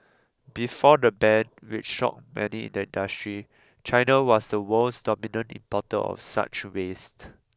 before the ban which shocked many in the industry China was the world's dominant importer of such waste